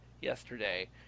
yesterday